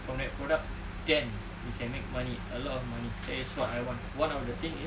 from that product can we can make money a lot of money that is what I want one of the thing is